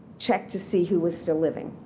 check to see who was still living.